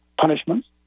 punishments